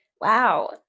wow